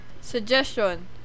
Suggestion